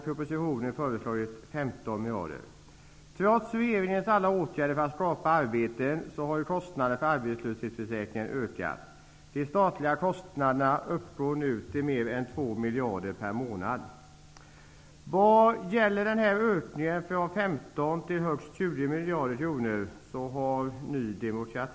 Trots regeringens alla åtgärder för att skapa arbeten har kostnaden för arbetslöshetsförsäkringen ökat. De statliga kostnaderna uppgår nu till mer än två miljarder per månad. Ny demokrati har reserverat sig mot ökningen från 15 till högst 20 miljarder kronor.